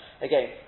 Again